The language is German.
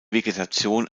vegetation